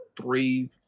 three